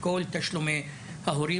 כל תשלומי ההורים,